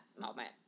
moment